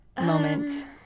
moment